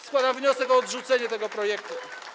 Składam wniosek o odrzucenie tego projektu.